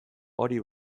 hori